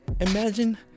imagine